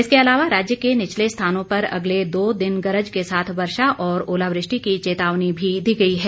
इसके अलावा राज्य के निचले स्थानों पर अगले दो दिन गरज के साथ वर्षा और ओलावृष्टि की चेतावनी भी दी गई है